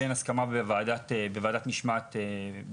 כשאין הסכמה בוועדת המשמעת.